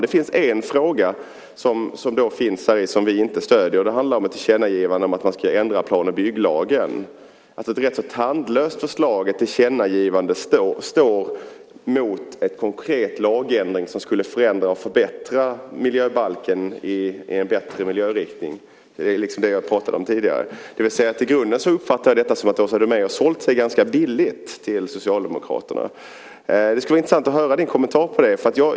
Det finns ett förslag som vi inte stöder, och det handlar om ett tillkännagivande om att man ska ändra plan och bygglagen. Ett rätt tandlöst förslag om ett tillkännagivande står alltså mot en konkret lagändring som skulle förändra miljöbalken i en bättre miljöriktning, såsom jag talade om tidigare. I grunden uppfattar jag detta som att Åsa Domeij har sålt sig ganska billigt till Socialdemokraterna. Det skulle vara intressant att höra din kommentar till det.